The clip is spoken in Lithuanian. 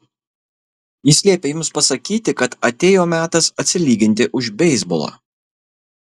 jis liepė jums pasakyti kad atėjo metas atsilyginti už beisbolą